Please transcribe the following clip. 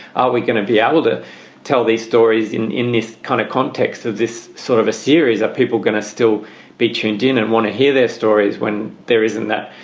are we going to be able to tell these stories in in this kind of context of this sort of a series of people going to still be tuned in and want to hear their stories when there isn't that,